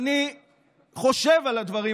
גם הדומיננטיות